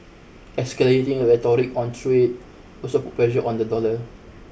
escalating rhetoric on trade also put pressure on the dollar